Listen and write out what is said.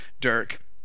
Dirk